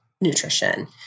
nutrition